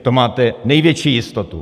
To máte největší jistotu.